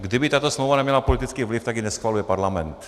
Kdyby tato smlouva neměla politický vliv, tak ji neschvaluje Parlament.